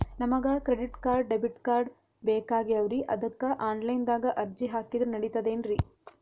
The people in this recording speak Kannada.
ನಮಗ ಕ್ರೆಡಿಟಕಾರ್ಡ, ಡೆಬಿಟಕಾರ್ಡ್ ಬೇಕಾಗ್ಯಾವ್ರೀ ಅದಕ್ಕ ಆನಲೈನದಾಗ ಅರ್ಜಿ ಹಾಕಿದ್ರ ನಡಿತದೇನ್ರಿ?